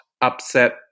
upset